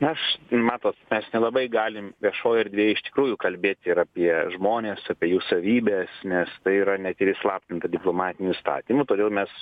aš matot mes nelabai galim viešoj erdvėj iš tikrųjų kalbėti ir apie žmones apie jų savybes nes tai yra net ir įslaptinta diplomatiniu įstatymu todėl mes